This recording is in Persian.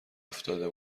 افتاده